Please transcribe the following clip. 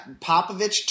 Popovich